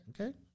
Okay